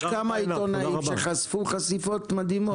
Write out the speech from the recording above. יש כמה עיתונאים שחשפו חשיפות מדהימות.